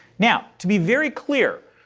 now to be very clear,